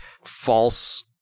false